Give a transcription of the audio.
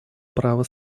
право